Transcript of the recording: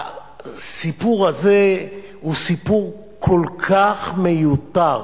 הסיפור הזה הוא סיפור כל כך מיותר.